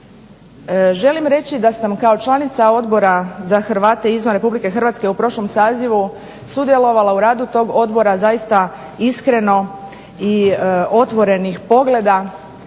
Želim reći da sam kao članica Odbora za Hrvate izvan Republike Hrvatske u prošlom sazivu sudjelovala u radu tog Odbora zaista iskreno i otvorenih pogleda.